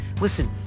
Listen